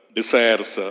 Desires